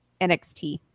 NXT